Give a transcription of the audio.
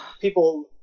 people